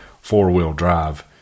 four-wheel-drive